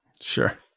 Sure